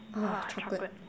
ah chocolate